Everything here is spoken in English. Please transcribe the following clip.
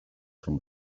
from